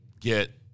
get